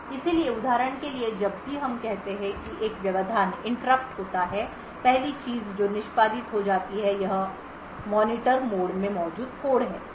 इसलिए उदाहरण के लिए जब भी हम कहते हैं कि एक व्यवधान interrupt होता है पहली चीज जो निष्पादित हो जाती है यह मॉनिटर मोड में मौजूद कोड है